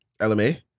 LMA